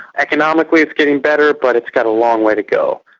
economically it's getting better, but it's got a long way to go.